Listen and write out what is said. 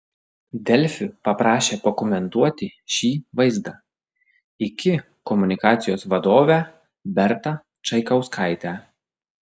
delfi paprašė pakomentuoti šį vaizdą iki komunikacijos vadovę bertą čaikauskaitę